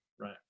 right